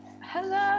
Hello